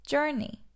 Journey